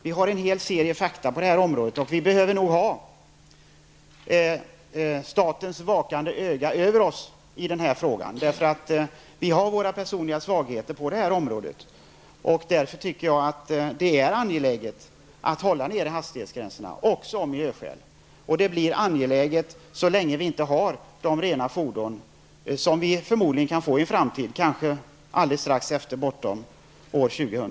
Det finns en hel serie fakta på området, och vi behöver ha statens vakande öga över oss i den här frågan. Vi har våra personliga svagheter på området. Därför tycker jag att det är angeläget att också av miljöskäl hålla hastighetsgränserna nere. Det blir angeläget så länge vi inte har de rena fordon som vi förmodligen kan få i framtiden -- kanske strax bortom år 2000.